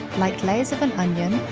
like layers of an onion,